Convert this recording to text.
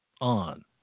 on